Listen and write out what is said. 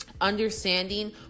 understanding